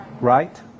Right